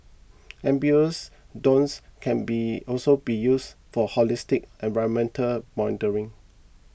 amphibious drones can be also be used for holistic environmental monitoring